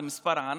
זה מספר ענק.